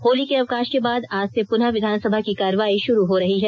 होली के अवकाष के बाद आज से पुनः विधानसभा की कार्रवाई षुरू हो रही है